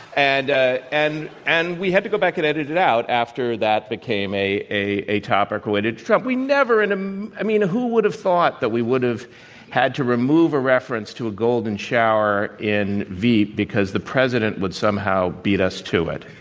and and and we had to go back and edit it out after that became a a topic related to trump. we never in a um i mean, who would have thought that we would have had to remove a reference to a golden shower in veep because the president would somehow beat us to it?